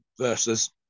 versus